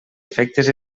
efectes